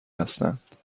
هستند